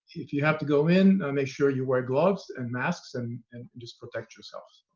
if you have to go in, make sure you wear gloves and masks and and just protect yourself.